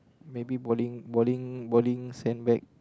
maybe bowling bowling bowling sand bag